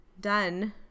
done